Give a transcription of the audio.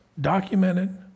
documented